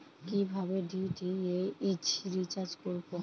কিভাবে DTH recharge করব?